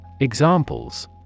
Examples